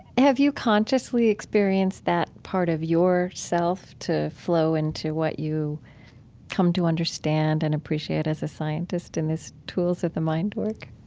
have you consciously experienced that part of yourself to flow into what you've come to understand and appreciate as a scientist in this tools of the mind work?